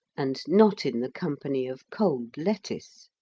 and not in the company of cold lettuce.